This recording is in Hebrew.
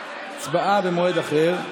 הצבעה במועד אחר,